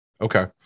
Okay